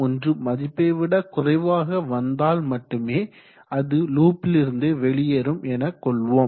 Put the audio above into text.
001 மதிப்பை விட குறைவாக வந்தால் மட்டுமே அது லூப்பிலிருந்து வெளியேறும் எனக்கொள்வோம்